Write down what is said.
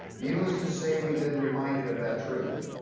needless to say, we've been reminded of that truth.